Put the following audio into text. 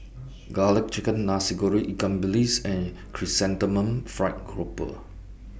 Garlic Chicken Nasi Goreng Ikan Bilis and Chrysanthemum Fried Grouper